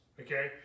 Okay